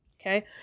Okay